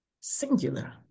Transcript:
singular